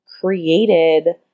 created